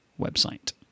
website